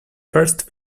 first